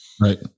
Right